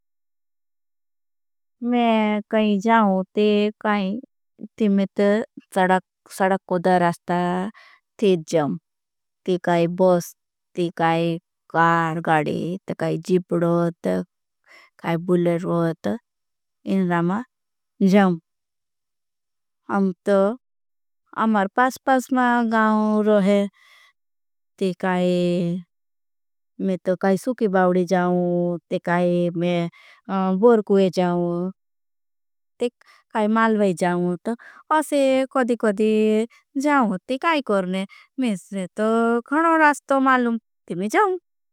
मैं कहीं जाओ ती में सडक कोड़ा रास्ता थी जाम ती। कहीं बॉस ती कहीं कार गाड़ी ती कहीं जीप रोत कहीं। बुले रोत इन रामा जाम अम तो अमर पास पास माँ गाउं। रोहे थी कहीं मैं तो कहीं सुकी बवड़ी जाओ ती कहीं मैं गोर। ओय जाओ ती खंये ने जाओ तो अमस्ते कदी कधी जाओ। ती काई गर मैंसलें तो खणस रास्ता बालूं ती मैं जाओ।